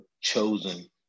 chosen